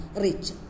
rich